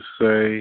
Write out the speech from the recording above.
say